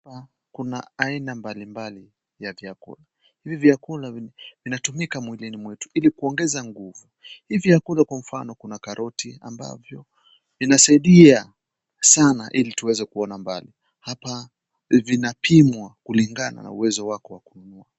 Hapa kuna aina mbalimbali ya vyakula , hivi vyakula vinatumika mwilini mwetu ili kuongeza nguvu . Hivi vyakula kwa mfano kuna karoti ambavyo vinasaidia sana ili tuweze kuona mbali hapa vinapimwa kulingana na uwezo wako wa kununua.